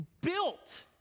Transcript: built